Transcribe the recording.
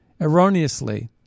erroneously